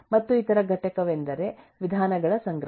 ಮತ್ತು ಇತರ ಘಟಕವೆಂದರೆ ವಿಧಾನಗಳ ಸಂಗ್ರಹ